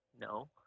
No